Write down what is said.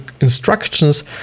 instructions